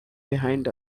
behind